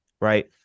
right